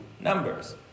numbers